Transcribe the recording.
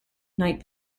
night